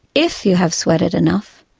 if you have sweated enough,